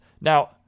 Now